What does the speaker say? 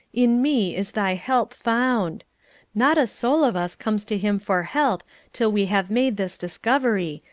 in me is thy help found not a soul of us comes to him for help till we have made this discovery,